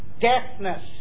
deafness